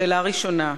שאלה ראשונה,